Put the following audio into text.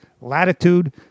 latitude